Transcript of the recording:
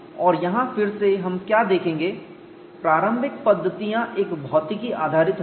और यहाँ फिर से हम क्या देखेंगे प्रारंभिक पद्धतियाँ एक भौतिकी पर आधारित होंगी